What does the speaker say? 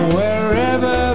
wherever